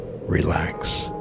relax